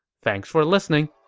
thanks for listening!